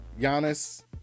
Giannis